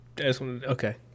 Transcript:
Okay